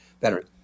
veteran